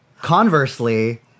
Conversely